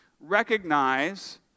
recognize